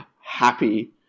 happy